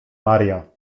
maria